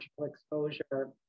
exposure